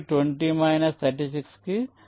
కాబట్టి ఇది 16 మరియు 20 36 కి వస్తుంది మరియు ఇది 24